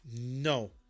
no